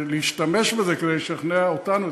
ולהשתמש בזה כדי לשכנע אותנו,